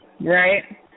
Right